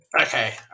Okay